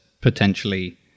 potentially